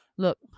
Look